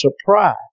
surprise